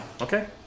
okay